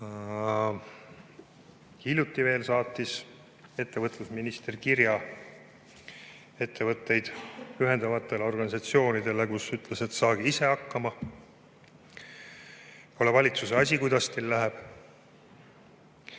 Hiljuti saatis ettevõtlusminister ettevõtteid ühendavatele organisatsioonidele kirja, kus ta ütles, et saage ise hakkama. Pole valitsuse asi, kuidas teil läheb.